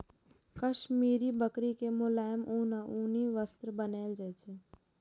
काश्मीरी बकरी के मोलायम ऊन सं उनी वस्त्र बनाएल जाइ छै